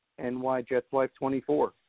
NYJetsLife24